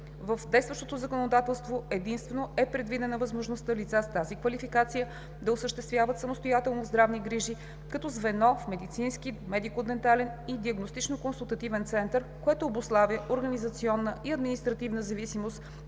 В действащото законодателство единствено е предвидена възможността лица с тази квалификация да осъществяват самостоятелно здравни грижи като звено в медицински, медико-дентален и диагностично-консултативен център, което обуславя организационна и административна зависимост